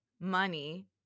money